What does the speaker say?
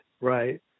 Right